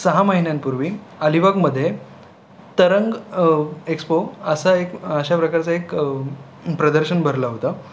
सहा महिन्यांपूर्वी अलीबागमध्ये तरंग एक्स्पो असा एक अशा प्रकारचा एक प्रदर्शन भरलं होतं